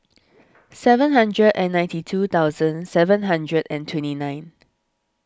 seven hundred and ninety two thousand seven hundred and twenty nine